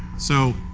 so